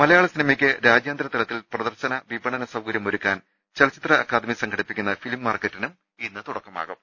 മലയാള സിനിമയ്ക്ക് രാജ്യാന്തരതലത്തിൽ പ്രദർശന വിപണന സൌകര്യമൊരുക്കാൻ ചലച്ചിത്ര അക്കാദമി സംഘടിപ്പിക്കുന്ന ഫിലിം മാർക്കറ്റിന് ഇന്ന് തുടക്കമാകും